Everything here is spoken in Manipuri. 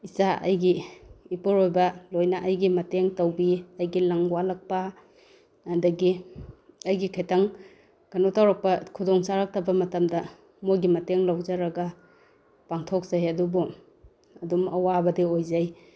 ꯏꯆꯥ ꯑꯩꯒꯤ ꯏꯄꯨꯔꯣꯏꯕ ꯂꯣꯏꯅ ꯑꯩꯒꯤ ꯃꯇꯦꯡ ꯇꯧꯕꯤ ꯑꯩꯒꯤ ꯂꯪ ꯋꯥꯠꯂꯛꯄ ꯑꯗꯒꯤ ꯑꯩꯒꯤ ꯈꯤꯇꯪ ꯀꯩꯅꯣ ꯇꯧꯔꯛꯄ ꯈꯨꯗꯣꯡ ꯆꯥꯔꯛꯇꯕ ꯃꯇꯝꯗ ꯃꯣꯏꯒꯤ ꯃꯇꯦꯡ ꯂꯧꯖꯔꯒ ꯄꯥꯡꯊꯣꯛꯆꯩ ꯑꯗꯨꯕꯨ ꯑꯗꯨꯝ ꯑꯋꯥꯕꯗꯤ ꯑꯣꯏꯖꯩ